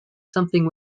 something